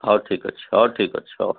ହେଉ ଠିକ ଅଛି ହେଉ ଠିକ ଅଛି ହେଉ